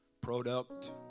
product